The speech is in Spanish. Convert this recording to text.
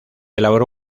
elaboró